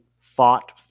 fought